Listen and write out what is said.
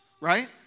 right